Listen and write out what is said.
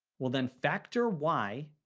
we'll then factor y,